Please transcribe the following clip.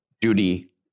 duty